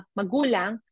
magulang